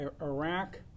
Iraq